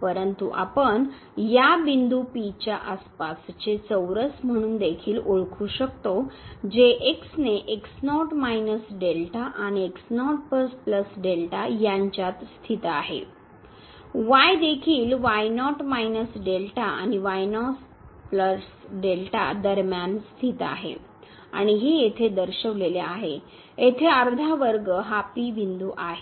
परंतु आपण या बिंदू P च्या आसपासचे चौरस म्हणून देखील ओळखू शकतो जे x ने आणि यांच्यात स्थित आहे y देखील आणि दरम्यान स्थित आहे आणि हे येथे दर्शविलेले आहे येथे अर्धा वर्ग हा P बिंदू आहे